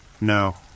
No